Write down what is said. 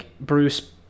Bruce